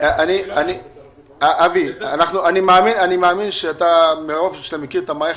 אני מאמין שמרוב שאתה מכיר את המערכת,